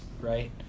right